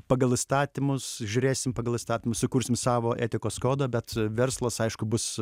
pagal įstatymus žiūrėsim pagal įstatymus įkursim savo etikos kodą bet verslas aišku bus